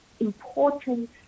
important